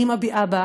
אני מביעה בה,